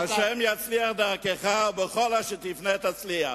ה' יצליח דרכך, ובכל אשר תפנה תצליח.